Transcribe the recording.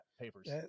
papers